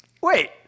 Wait